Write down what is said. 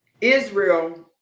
Israel